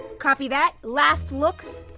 copy that. last looks.